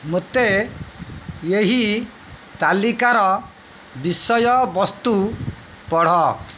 ମୋତେ ଏହି ତାଲିକାର ବିଷୟ ବସ୍ତୁ ପଢ଼